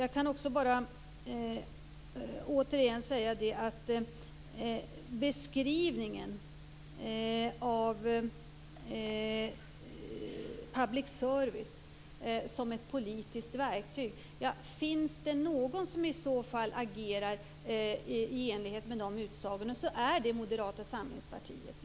Gunnar Hökmark beskriver public service som ett politiskt verktyg. Är det någon som agerar i enlighet med de utsagorna så är det Moderata samlingspartiet.